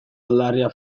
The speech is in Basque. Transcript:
aldarria